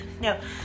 No